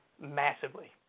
massively